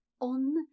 on